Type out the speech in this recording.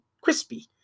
Crispy